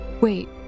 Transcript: Wait